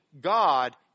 God